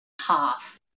half